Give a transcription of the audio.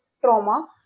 trauma